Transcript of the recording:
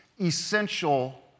essential